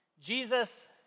Jesus